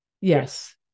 yes